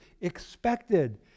expected